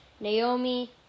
Naomi